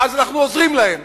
אז אנחנו עוזרים להם.